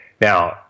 Now